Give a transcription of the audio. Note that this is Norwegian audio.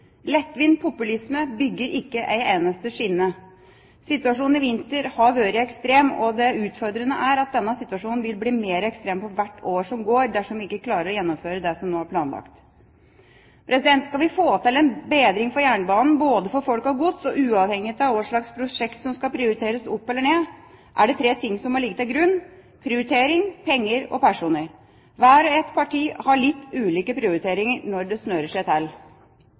populisme bygger ikke en eneste skinne. Situasjonen i vinter har vært ekstrem, og det utfordrende er at denne situasjonen vil bli mer ekstrem for hvert år som går, dersom vi ikke klarer å gjennomføre det som nå er planlagt. Skal vi få til en bedring for jernbanen både for folk og gods, og uavhengig av hva slags prosjekt som skal prioriteres opp eller ned, er det tre ting som må ligge til grunn: prioritering, penger og personer. Hvert parti har litt ulike prioriteringer når det snører seg til.